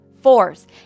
force